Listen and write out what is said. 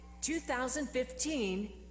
2015